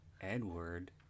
Edward